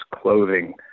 clothing